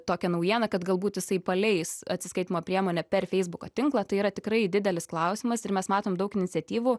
tokią naujieną kad galbūt jisai paleis atsiskaitymo priemonę per feisbuko tinklą tai yra tikrai didelis klausimas ir mes matom daug iniciatyvų